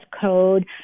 code